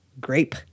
grape